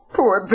Poor